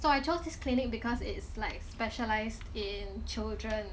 so I chose this clinic because it's like specialized in children